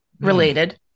Related